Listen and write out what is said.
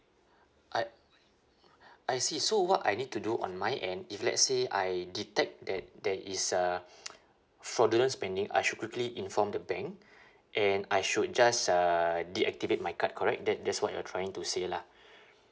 I I see so what I need to do on my end if let's say I detect that there is a fraudulent spending I should quickly inform the bank and I should just uh deactivate my card correct that that's what you're trying to say lah